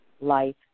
Life